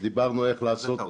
כשדיברנו איך לעשות אותו.